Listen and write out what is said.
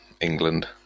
England